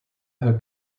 her